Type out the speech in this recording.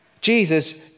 Jesus